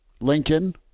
lincoln